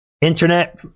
Internet